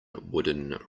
wooden